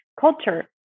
culture